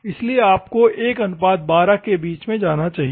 इसलिए आपको 112 के बीच में जाना चाहिए